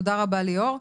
תודה רבה ליאור.